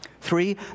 Three